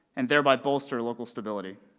and thereby bolster local stability.